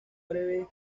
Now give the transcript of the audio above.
breve